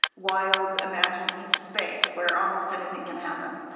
wild, imaginative space where almost anything can happen.